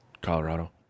Colorado